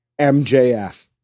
MJF